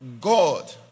god